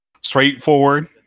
straightforward